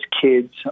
kids